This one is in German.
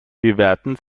bewerten